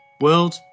World